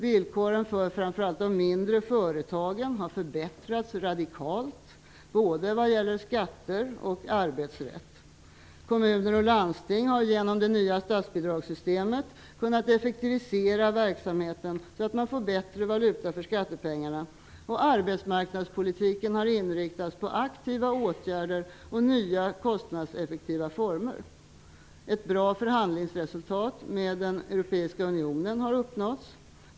Villkoren för framför allt de mindre företagen har förbättrats radikalt, både vad gäller skatter och arbetsrätt. Kommuner och landsting har genom det nya statsbidragssystemet kunnat effektivisera verksamheten så att man får bättre valuta för skattepengarna. Arbetsmarknadspolitiken har inriktats på aktiva åtgärder och nya kostnadseffektiva former. Ett bra förhandlingsresultat med den europeiska unionen har uppnåtts.